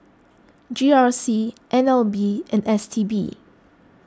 G R C N L B and S T B